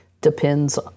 depends